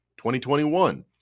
2021